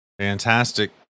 Fantastic